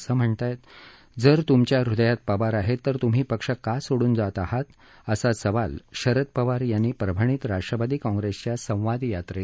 असं म्हणत आहेत जर तुमच्या हुदयात पवार आहेत तर तुम्ही पक्ष का सोडून जात आहात असा सवाल शरद पवार यांनी परभणीत राष्ट्रवादी काँग्रेसच्या संवाद यात्रेत केला